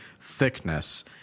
thickness